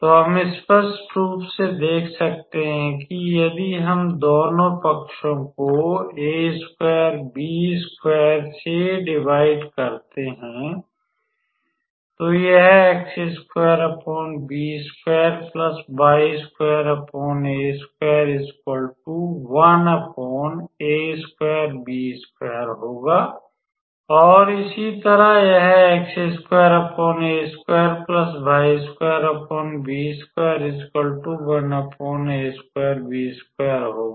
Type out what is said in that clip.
तो हम स्पष्ट रूप से देख सकते हैं कि यदि हम दोनों पक्षों को से विभाजित करते हैं तो यह होगा और इसी तरह यह होगा